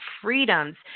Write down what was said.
freedoms